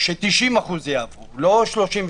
ש-90% יעברו, לא 33%,